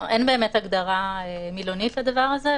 אין באמת הגדרה מילונית לדבר הזה,